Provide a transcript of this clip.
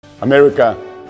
America